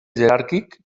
jeràrquic